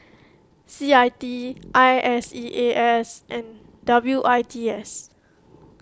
C I T I I S E A S and W I T S